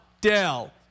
Dell